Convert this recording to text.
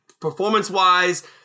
Performance-wise